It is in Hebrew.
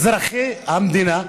אזרחי המדינה,